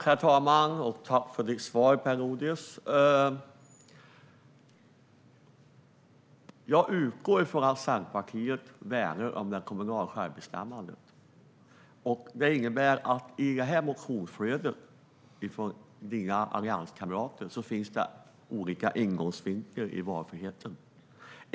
Herr talman! Tack för ditt svar, Per Lodenius! Jag utgår från att Centerpartiet värnar om det kommunala självbestämmandet. Det innebär att i motionsflödet från dina allianskamrater finns olika ingångsvinklar till valfriheten.